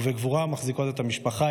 ובגבורה מחזיקות את המשפחה,